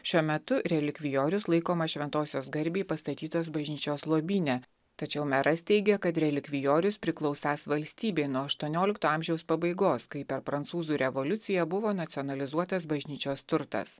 šiuo metu relikvijorius laikomas šventosios garbei pastatytos bažnyčios lobyne tačiau meras teigia kad relikvijorius priklausąs valstybei nuo aštuoniolikto amžiaus pabaigos kai per prancūzų revoliuciją buvo nacionalizuotas bažnyčios turtas